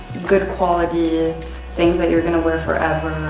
good quality things that you're going to wear forever.